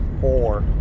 four